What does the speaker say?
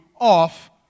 off